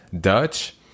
Dutch